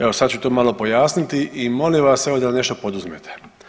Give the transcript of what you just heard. Evo sad ću to malo pojasniti i molim vas evo da nešto poduzmete.